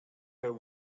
her